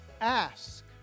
ask